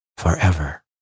forever